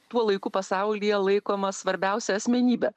tuo laiku pasaulyje laikoma svarbiausia asmenybe